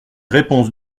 réponses